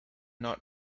not